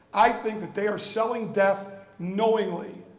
i think that they are selling death knowingly,